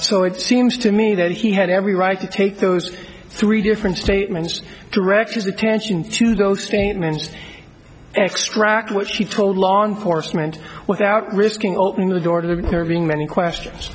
so it seems to me that he had every right to take those three different statements directions attention to those statements extract what she told law enforcement without risking opening the door to her being many questions